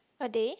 a day